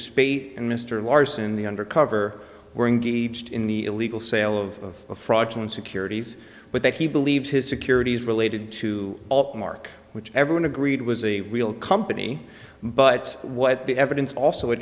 speight and mr larsen the undercover were engaged in the illegal sale of fraudulent securities but that he believed his securities related to up mark which everyone agreed was a real company but what the evidence also a